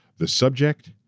the subject,